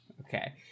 Okay